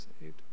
saved